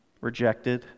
Rejected